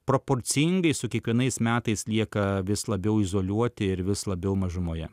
proporcingai su kiekvienais metais lieka vis labiau izoliuoti ir vis labiau mažumoje